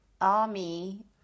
army